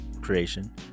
creation